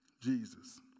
Jesus